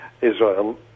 israel